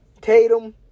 Tatum